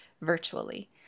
virtually